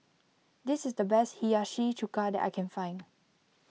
this is the best Hiyashi Chuka that I can find